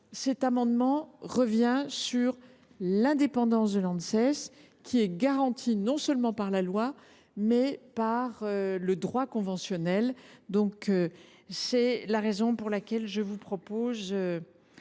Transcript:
Cet amendement ne revient aucunement sur l’indépendance de l’Anses, qui est garantie non seulement par la loi, mais aussi par le droit conventionnel. C’est la raison pour laquelle je vous propose